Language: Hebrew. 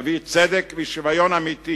תביא צדק ושוויון אמיתי